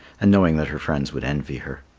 and knowing that her friends would envy her.